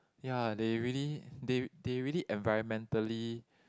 ya they really they they really environmentally